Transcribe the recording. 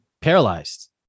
paralyzed